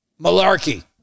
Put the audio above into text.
malarkey